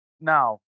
Now